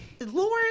Lord